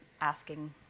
asking